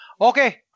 Okay